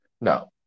no